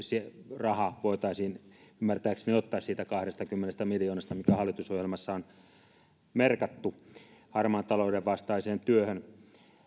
se raha voitaisiin ymmärtääkseni ottaa siitä kahdestakymmenestä miljoonasta mikä hallitusohjelmassa on merkattu harmaan talouden vastaiseen työhön